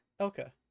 Okay